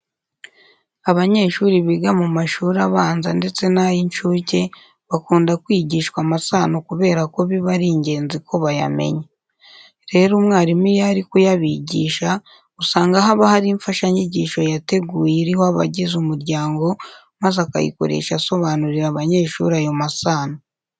Abanyeshuri biga mu mashuri abanze ndetse n'ay'incuke bakunda kwigishwa amasano kubera ko biba ari ingenzi ko bayamenya. Rero umwarimu iyo ari kuyabigisha usanga haba hari imfashanyigisho yateguye iriho abagize umuryango maze akayikoresha asobanurira abanyeshuri ayo masano.